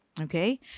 okay